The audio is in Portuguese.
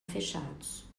fechados